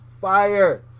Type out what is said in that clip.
fire